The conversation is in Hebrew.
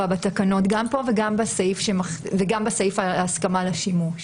בתקנות גם פה וגם בסעיף ההסכמה על השימוש.